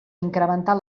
incrementar